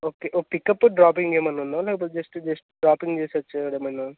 okay ఓ pickup dropping ఏమైనా ఉందా లేకపోతే జస్ట్ జస్ట్ డ్రాపింగ్ చేసి వచ్చేయడమేనా